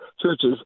churches